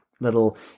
little